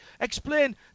Explain